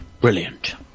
Brilliant